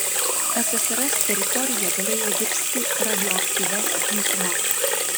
ssrs teritorija galėjo virsti radioaktyvia dykuma